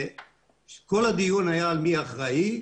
כל הדיון היה על מי אחראי.